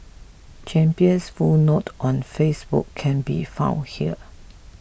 champion's full note on Facebook can be found here